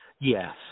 Yes